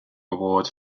award